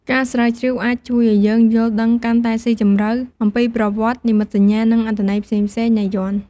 ការស្រាវជ្រាវអាចជួយឱ្យយើងយល់ដឹងកាន់តែស៊ីជម្រៅអំពីប្រវត្តិ និមិត្តសញ្ញា និងអត្ថន័យផ្សេងៗនៃយ័ន្ត។